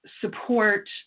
Support